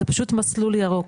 זה פשוט מסלול ירוק,